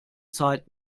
zeit